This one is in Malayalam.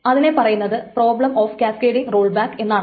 അതിനെ പറയുന്നത് പ്രോബ്ളം ഓഫ് കാസ്കേടിങ്ങ് റോൾബാക്ക് എന്നാണ്